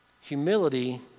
Humility